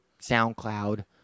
SoundCloud